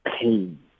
pain